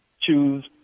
choose